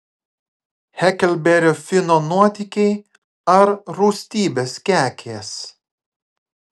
heklberio fino nuotykiai ar rūstybės kekės